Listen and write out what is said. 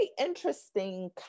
interesting